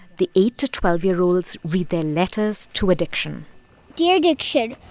the eight to twelve year olds read their letters to addiction dear addiction,